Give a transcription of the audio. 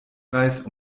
reis